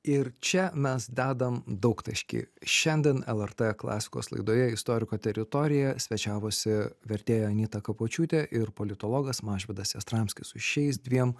ir čia mes dedam daugtaškį šiandien lrt klasikos laidoje istoriko teritorija svečiavosi vertėja anita kapočiūtė ir politologas mažvydas jastramskis su šiais dviem